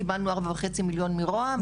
קיבלנו 4.5 מיליון מרוה"מ.